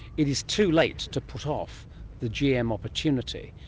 it is too late to put off the gm opportunity.